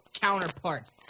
counterparts